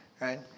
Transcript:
right